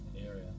area